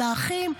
האחים,